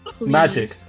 Magic